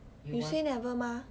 you say never mah